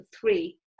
three